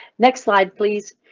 next slide, please.